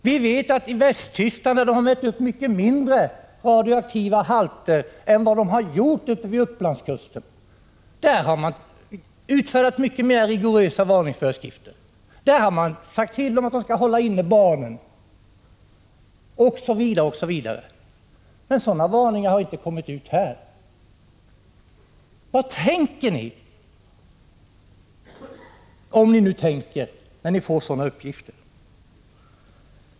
Vi vet att man i Västtyskland, där man har mätt upp mycket lägre halter av radioaktivitet än vid Upplandskusten, har utfärdat mycket mer rigorösa varningsföreskrifter än här i Sverige. Där har man sagt att barnen skall hållas inne, osv. Sådana varningar har inte utfärdats här. Vad tänker ni, om ni nu tänker, när ni får sådana uppgifter?